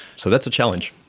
so that's challenge.